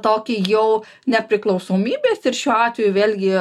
tokį jau nepriklausomybės ir šiuo atveju vėlgi